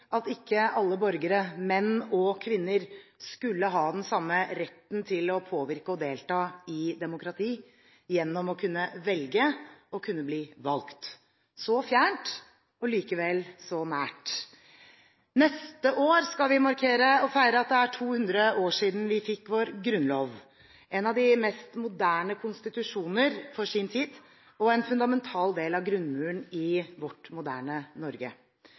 at ikke alle borgere, menn og kvinner, skulle ha den samme retten til å påvirke og delta i demokratiet gjennom å kunne velge og kunne bli valgt. Så fjernt, og likevel så nært. Neste år skal vi markere og feire at det er 200 år siden vi fikk vår grunnlov – en av de mest moderne konstitusjoner for sin tid, og en fundamental del av grunnmuren i vårt moderne Norge.